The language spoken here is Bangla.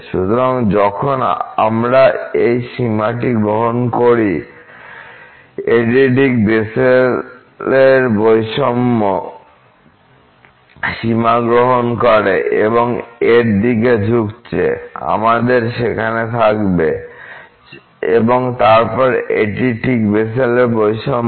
সুতরাং যখন আমরা এই সীমাটি গ্রহণ করি এটি ঠিক বেসেলের বৈষম্য সীমা গ্রহণ করে এবং এর দিকে ঝুঁকছে আমাদের সেখানে থাকবে এবং তারপর এটি ঠিক বেসেলের বৈষম্য